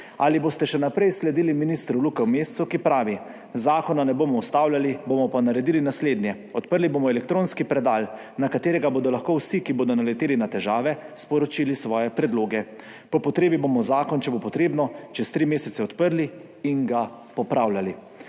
Ali boste še naprej sledili ministru Luka Mescu, ki pravi: »Zakona ne bomo ustavljali, bomo pa naredili naslednje: odprli bomo elektronski predal, na katerega bodo lahko vsi, ki bodo naleteli na težave, sporočili svoje predloge. Po potrebi bomo zakon, če bo potrebno, čez tri mesece odprli in ga popravljali.«